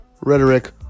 rhetoric